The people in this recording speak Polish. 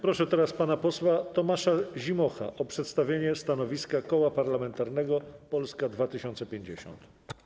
Proszę pana posła Tomasza Zimocha o przedstawienie stanowiska Koła Parlamentarnego Polska 2050.